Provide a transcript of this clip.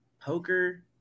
poker